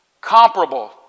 comparable